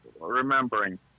remembering